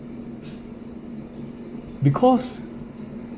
because